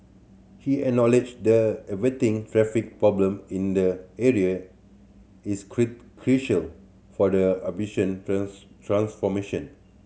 he acknowledged the averting traffic problem in the area is crucial for the ambition transformation